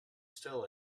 still